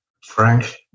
Frank